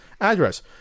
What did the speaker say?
address